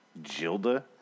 Jilda